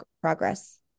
progress